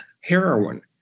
heroin